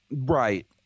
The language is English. Right